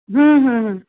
ਹੂੰ ਹੂੰ ਹੂੰ